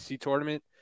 tournament